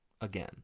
again